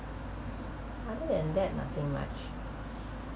other than that nothing much